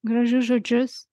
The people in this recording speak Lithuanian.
gražius žodžius